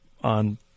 on